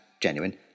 genuine